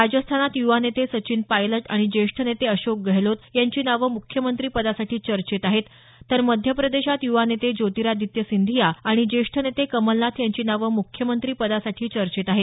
राजस्थानात युवा नेते सचिन पायलट आणि ज्येष्ठ नेते अशोक गेहलोत यांची नावं मुख्यमंत्रिपदासाठी चर्चेत आहेत तर मध्यप्रदेशात युवा नेते ज्योतिरादित्य सिंधिया आणि ज्येष्ठ नेते कमलनाथ यांची नावं मुख्यमंत्रिपदासाठी चर्चेत आहेत